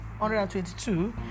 122